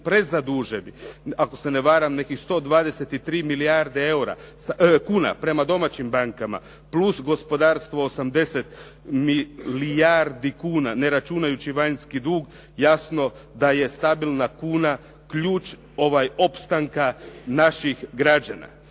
prezaduženi, ako se ne varam nekih 123 milijarde kuna prema domaćim bankama, plus gospodarstvo 80 milijardi kuna, ne računajući vanjski dug, jasno da je stabilna kuna ključ opstanka naših građana.